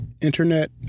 Internet